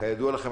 כידוע לכם,